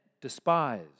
despise